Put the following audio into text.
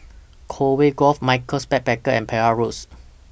Conway Grove Michaels Backpackers and Penhas Road